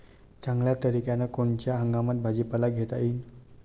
चांगल्या तरीक्यानं कोनच्या हंगामात भाजीपाला घेता येईन?